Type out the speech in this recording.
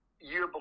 year